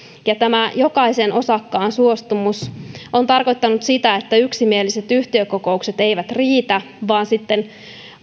ja tämä jokaisen osakkaan suostumus on tarkoittanut sitä että yksimieliset yhtiökokoukset eivät riitä ja sitten